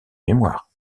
mémoire